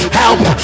help